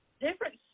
different